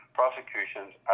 prosecutions